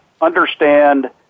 understand